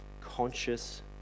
conscious